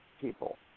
people